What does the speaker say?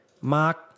Mark